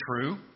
true